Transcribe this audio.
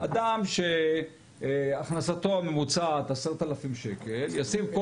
אדם שהכנסתו הממוצעת 10,000 שקל ישים כל